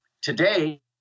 Today